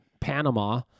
panama